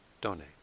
donate